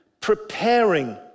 preparing